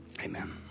amen